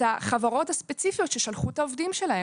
החברות הספציפיות ששלחו את העובדים שלהם.